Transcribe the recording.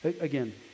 Again